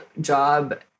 job